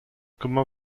comment